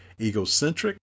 egocentric